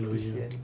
kesian